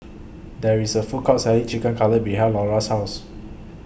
There IS A Food Court Selling Chicken Cutlet behind Lora's House